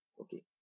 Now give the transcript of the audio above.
Okay